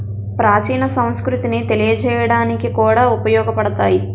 ప్రాచీన సంస్కృతిని తెలియజేయడానికి కూడా ఉపయోగపడతాయి